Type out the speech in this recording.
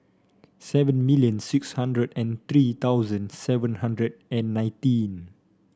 seven million six hundred and three thousand seven hundred and nineteen